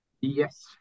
Yes